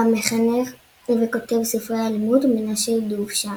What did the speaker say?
והמחנך וכותב ספרי הלימוד מנשה דובשני.